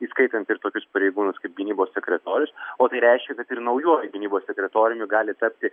įskaitant ir tokius pareigūnus kaip gynybos sekretorius o tai reiškia kad ir naujuoju gynybos sekretoriumi gali tapti